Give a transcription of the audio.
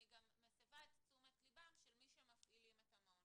אני מסבה את תשומת ליבם של מי שמפעילים את המעון,